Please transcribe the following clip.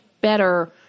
better